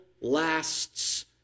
lasts